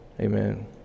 amen